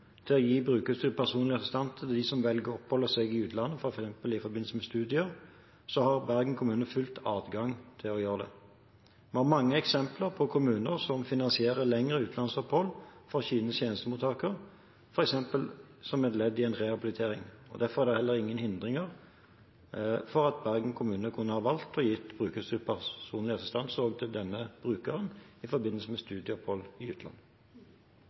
til å gi BPA til dem som velger å oppholde seg i utlandet, f.eks. i forbindelse med studier, har Bergen kommune full adgang til å gjøre det. Vi har mange eksempler på kommuner som finansierer lengre utenlandsopphold for sine tjenestemottakere, for eksempel som et ledd i en rehabilitering. Derfor er det heller ingen hindringer for at Bergen kommune kunne valgt å gi brukerstyrt personlig assistanse også til denne brukeren i forbindelse med studieopphold i utlandet.